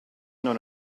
non